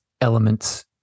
elements